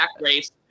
race